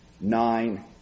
nine